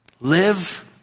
live